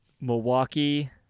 Milwaukee